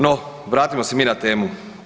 No, vratimo se mi na temu.